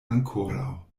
ankoraŭ